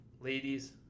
ladies